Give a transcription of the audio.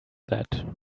that